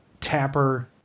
Tapper